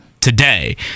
today